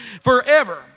forever